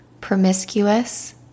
Promiscuous